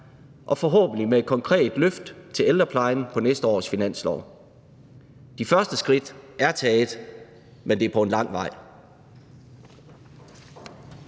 – forhåbentlig med et konkret løft til ældreplejen på næste års finanslov. De første skridt er taget, men det er på en lang vej.